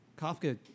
Kafka